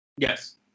Yes